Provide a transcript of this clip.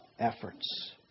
Efforts